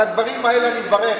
על הדברים האלה אני מברך,